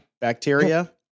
bacteria